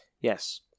yes